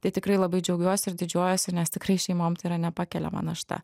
tai tikrai labai džiaugiuosi ir didžiuojuosi nes tikrai šeimom tai yra nepakeliama našta